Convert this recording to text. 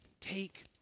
Take